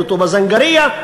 וטובא-זנגרייה,